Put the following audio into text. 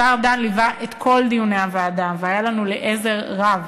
השר ארדן ליווה את כל דיוני הוועדה והיה לנו לעזר רב